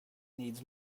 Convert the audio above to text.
needs